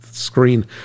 screen